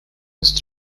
was